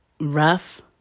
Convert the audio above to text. rough